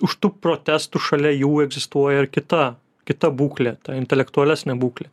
už tų protestų šalia jų egzistuoja ir kita kita būklė ta intelektualesnė būklė